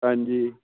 ਹਾਂਜੀ